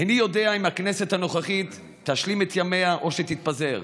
איני יודע אם הכנסת הנוכחית תשלים את ימיה או שתתפזר,